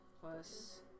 plus